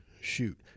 shoot